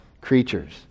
creatures